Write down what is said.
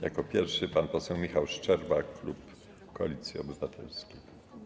Jako pierwszy - pan poseł Michał Szczerba, klub Koalicji Obywatelskiej.